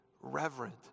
reverent